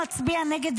מצביע נגד,